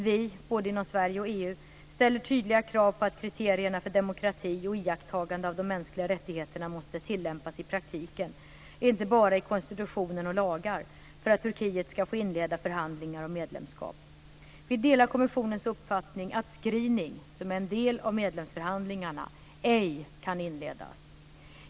Vi - inom både Sverige och EU - ställer tydliga krav på att kriterierna för demokrati och iakttagande av de mänskliga rättigheterna tillämpas i praktiken, inte bara i konstitutionen och lagar, för att Turkiet ska få inleda förhandlingar om medlemskap. Vi delar kommissionens uppfattning att screening, som är en del av medlemsförhandlingarna, ej kan inledas.